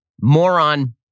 moron